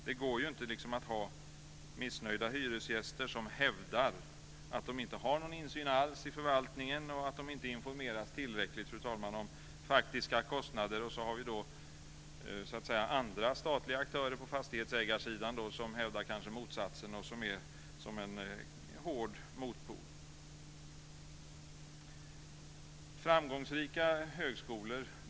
Det går inte att ha missnöjda hyresgäster som hävdar att de inte har någon insyn alls i förvaltningen och att de inte informeras tillräckligt om faktiska kostnader. Sedan har vi andra statliga aktörer på fastighetsägarsidan som kanske hävdar motsatsen och är en hård motpol. Dessutom finns det ett annat problem med framgångsrika högskolor.